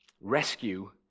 Rescue